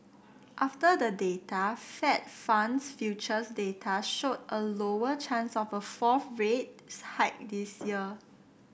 after the data Fed funds futures data showed a lower chance of a fourth rate hike this year